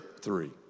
three